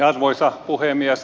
arvoisa puhemies